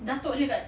datuk dia dekat